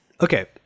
Okay